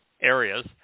areas